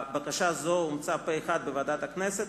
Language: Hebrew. הבקשה הזאת אומצה פה-אחד בוועדת הכנסת.